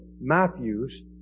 Matthew's